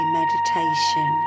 meditation